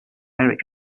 eric